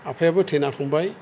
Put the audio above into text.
आफायाबो थैना थांबाय